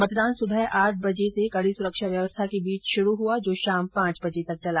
मतदान सुबह आठ बजे कड़ी सुरक्षा व्यवस्था के बीच शुरु हुआ जो शाम पांच बजे तक चला